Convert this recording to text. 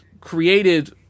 created